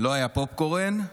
פופקורן.